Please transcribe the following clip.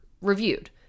reviewed